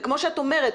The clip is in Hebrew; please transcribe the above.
כמו שאת אומרת,